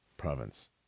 province